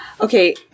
Okay